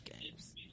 games